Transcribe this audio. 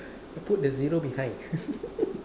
put the zero behind